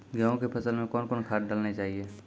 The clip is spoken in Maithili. गेहूँ के फसल मे कौन कौन खाद डालने चाहिए?